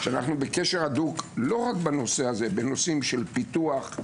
שאנחנו בקשר הדוק לא רק בנושא הזה - בנושאים של פיתוח,